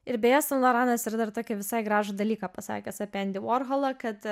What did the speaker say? ir beje saint laurentas ir dar tokį visai gražų dalyką pasakęs apie endį vorholą kad